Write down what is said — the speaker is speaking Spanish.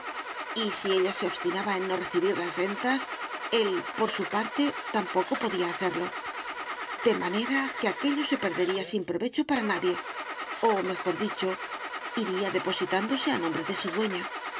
si ella se obstinaba en no recibir las rentas él por su parte tampoco podía hacerlo de manera que aquello se perdería sin provecho para nadie o mejor dicho iría depositándose a nombre de su